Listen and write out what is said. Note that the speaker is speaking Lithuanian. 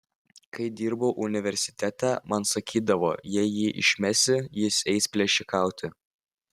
kai dirbau universitete man sakydavo jei jį išmesi jis eis plėšikauti